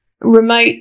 remote